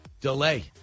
Delay